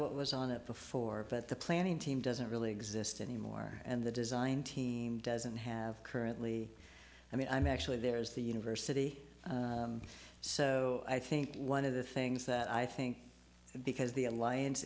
what was on it before but the planning team doesn't really exist anymore and the design team doesn't have currently i mean i'm actually there is the university so i think one of the things that i think because the alliance